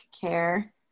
care